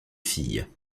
filles